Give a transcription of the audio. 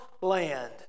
land